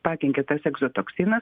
pakenkia tas egzotoksinas